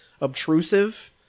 obtrusive